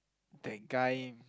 that guy